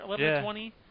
11-20